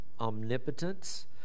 omnipotence